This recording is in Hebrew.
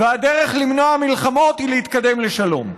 והדרך למנוע מלחמות היא להתקדם לשלום.